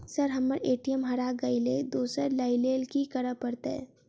Sir हम्मर ATM हरा गइलए दोसर लईलैल की करऽ परतै?